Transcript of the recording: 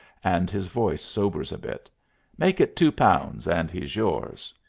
and his voice sobers a bit make it two pounds and he's yours.